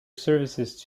services